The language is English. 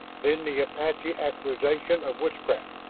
then the apache accusation of witchcraft,